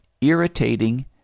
irritating